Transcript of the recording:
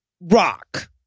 rock